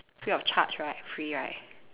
free of charge right free right